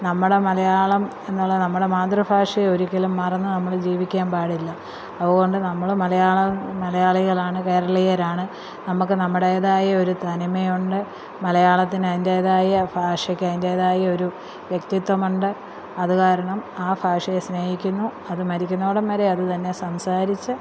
നമ്മുടെ മലയാളം എന്നുള്ള നമ്മുടെ മാതൃഭാഷയൊരിക്കലും മറന്ന് നമ്മൾ ജീവിക്കാൻ പാടില്ല അതുകൊണ്ട് നമ്മൾ മലയാളം മലയാളികളാണ് കേരളീയരാണ് നമുക്ക് നമ്മുടേതായൊരു തനിമയുണ്ട് മലയാളത്തിനതിൻറ്റേതായ ഭാഷക്കതിൻറ്റേതായ ഒരു വ്യക്തിത്വമുണ്ട് അത് കാരണം ആ ഭാഷയെ സ്നേഹിക്കുന്നു അത് മരിക്കുന്നോടം വരെ അത് തന്നെ സംസാരിച്ച്